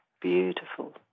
Beautiful